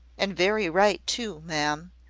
and very right too, ma'am.